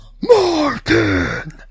Martin